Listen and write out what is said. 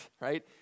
right